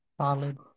Solid